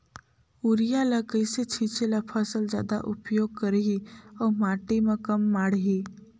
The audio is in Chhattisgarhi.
युरिया ल कइसे छीचे ल फसल जादा उपयोग करही अउ माटी म कम माढ़ही?